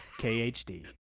khd